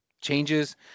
changes